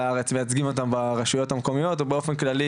הארץ מייצגים אותם ברשויות המקומיות ובאופן כללי,